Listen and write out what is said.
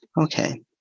Okay